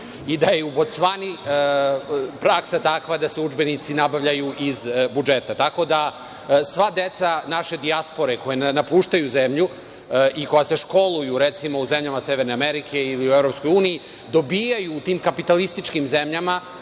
i da je u Bocvani praksa takva da se udžbenici nabavljaju iz budžeta. Tako da sva deca naše dijaspore koja napuštaju zemlju i koja se recimo školuju u zemljama severne Amerike, u EU, dobijaju u tim kapitalističkim zemljama